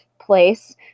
place